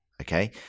okay